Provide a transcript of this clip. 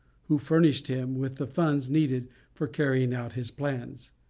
who furnished him with the funds needed for carrying out his plans.